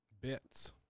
bits